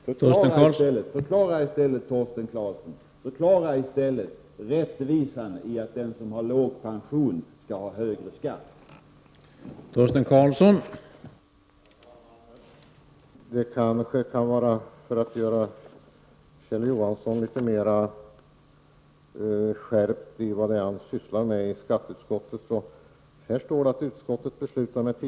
Förklara i stället, Torsten Karlsson, rättvisan i att den som har låg pension skall ha högre skatt.